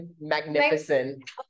magnificent